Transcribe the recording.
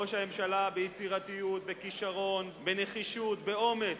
ראש הממשלה ביצירתיות, בכשרון, בנחישות, באומץ,